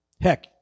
heck